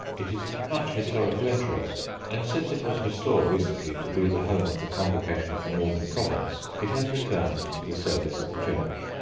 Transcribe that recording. it is of much historical interest, and since it was restored recently to be the home of the convocation of the northern province, it has returned to the service of the church.